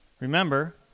Remember